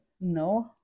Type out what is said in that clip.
No